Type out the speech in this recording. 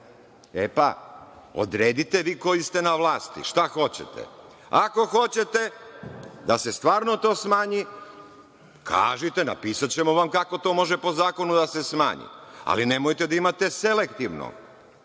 E, pa, odredite vi koji ste na vlasti šta hoćete. Ako hoćete da se stvarno to smanji, kažite, napisaćemo vam kako to može po zakonu da se smanji, ali nemojte da imate selektivno,